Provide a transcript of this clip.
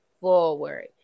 forward